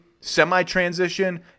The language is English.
semi-transition